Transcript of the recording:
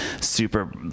super